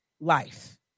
life